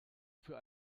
für